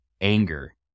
anger